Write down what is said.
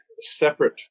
separate